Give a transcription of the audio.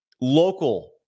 local